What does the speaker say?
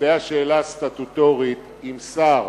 לגבי השאלה הסטטוטורית אם שר